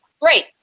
Great